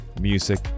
music